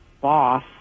boss